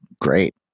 great